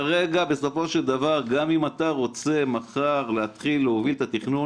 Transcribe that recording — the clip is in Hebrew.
בסופו של דבר גם אם אתה רוצה מחר להתחיל להוביל את התכנון,